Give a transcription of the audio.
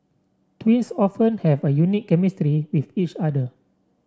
twins often have a unique chemistry with each other